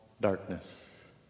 darkness